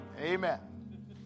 Amen